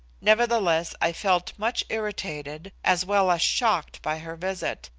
nevertheless i felt much irritated, as well as shocked, by her visit,